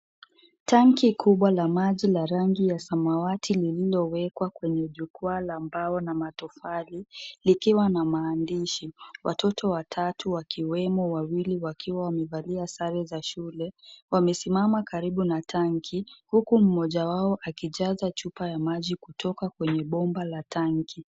Tanki kubwa la maji la rangi ya samawati lililowekwa kwenye jukwaa la mbao na matofali likiwa na maandishi . Watoto watatu wakiwemo wawili wakiwa wamevalia sare za shule wamesimama karibu na tanki huku mmoja wao akijaza chupa ya maji kutoka kwenye bomba la tanki.